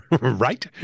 Right